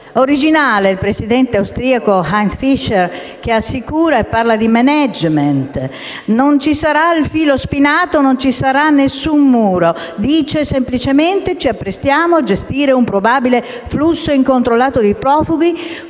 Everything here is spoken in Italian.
Originale il presidente austriaco Heinz Fischer che rassicura e parla di *management*: non ci sarà il filo spinato, e non ci sarà alcun muro; egli afferma che semplicemente ci si appresta a gestire un probabile flusso incontrollato di profughi